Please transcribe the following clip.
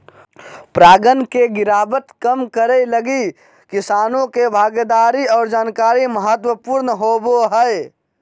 परागण के गिरावट कम करैय लगी किसानों के भागीदारी और जानकारी महत्वपूर्ण होबो हइ